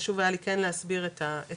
חשוב היה לי להסביר את המסביב.